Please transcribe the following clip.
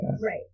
Right